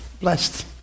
blessed